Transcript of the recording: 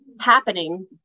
happening